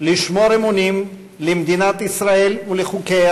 לשמור אמונים למדינת ישראל ולחוקיה